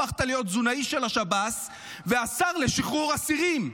הפכת להיות תזונאי של השב"ס והשר לשחרור אסירים,